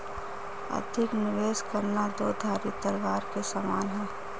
अधिक निवेश करना दो धारी तलवार के समान है